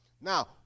Now